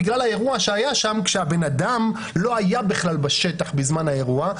בגלל האירוע שהיה שם כשהבן אדם לא היה בכלל בשטח בזמן האירוע,